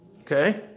Okay